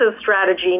strategy